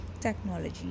technology